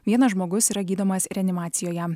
vienas žmogus yra gydomas reanimacijoje